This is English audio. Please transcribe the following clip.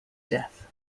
death